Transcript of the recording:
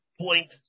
point